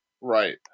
Right